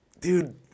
Dude